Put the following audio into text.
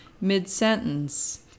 mid-sentence